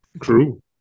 true